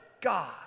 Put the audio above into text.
God